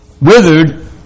withered